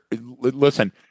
listen